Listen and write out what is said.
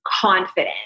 confident